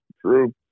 True